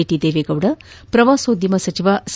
T Devegowda ಪ್ರವಾಸೋದ್ಯಮ ಸಚಿವ ಸಾ